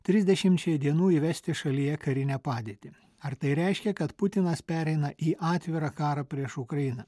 trisdešimčiai dienų įvesti šalyje karinę padėtį ar tai reiškia kad putinas pereina į atvirą karą prieš ukrainą